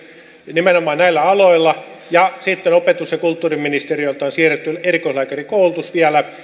nimenomaan näillä aloilla ja sitten opetus ja kulttuuriministeriöltä on siirretty erikoislääkärikoulutus vielä